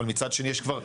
אבל מצד שני יש כבר,